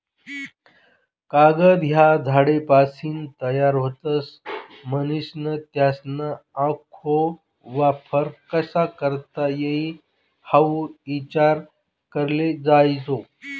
कागद ह्या झाडेसपाशीन तयार व्हतस, म्हनीसन त्यासना आखो वापर कशा करता ई हाऊ ईचार कराले जोयजे